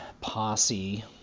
posse